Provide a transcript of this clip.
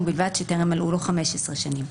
ובלבד שטרם מלאו לו 15 שנים."